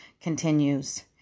continues